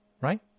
right